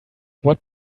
what